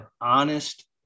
honest